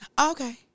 Okay